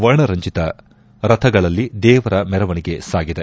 ವರ್ಣರಂಜಿತ ರಥಗಳಲ್ಲಿ ದೇವರ ಮೆರವಣಿಗೆ ಸಾಗಿದೆ